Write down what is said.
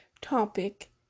topic